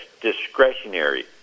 discretionary